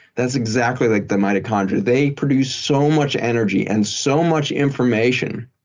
that's exactly like the mitochondria. they produce so much energy and so much information,